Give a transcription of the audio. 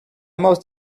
most